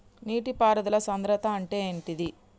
నీటి పారుదల సంద్రతా అంటే ఏంటిది?